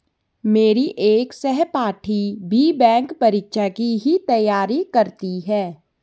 मेरी एक सहपाठी भी बैंक परीक्षा की ही तैयारी करती है